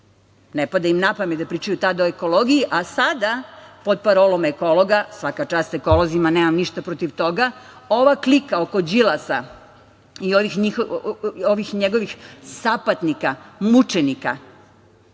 ne pada im napamet da pričaju tada o ekologiji, a sada pod parolom ekologa, svaka čast ekolozima, nemam ništa protiv toga, ova klika oko Đilasa i ovih njegovih sapatnika, mučenika,